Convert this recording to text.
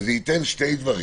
וזה ייתן שני דברים,